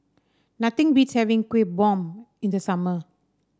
nothing beats having Kuih Bom in the summer